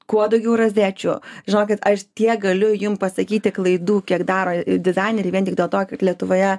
kuo daugiau rozečių žinokit aš tiek galiu jum pasakyti klaidų kiek daro dizaineriai vien tik dėl to kad lietuvoje